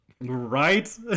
Right